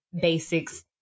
basics